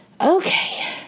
Okay